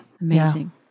Amazing